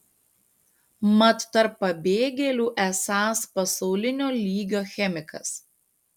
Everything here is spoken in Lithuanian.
mat tarp pabėgėlių esąs pasaulinio lygio chemikas